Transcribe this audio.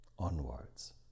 onwards